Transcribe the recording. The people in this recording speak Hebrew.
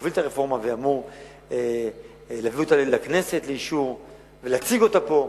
שמוביל את הרפורמה ואמור להביא אותה לכנסת לאישור ולהציג אותה פה,